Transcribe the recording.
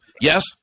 Yes